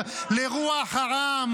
איזו תקומה?